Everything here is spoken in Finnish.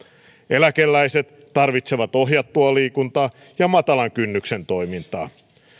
eläkeläiset tarvitsevat ohjattua liikuntaa ja matalan kynnyksen toimintaa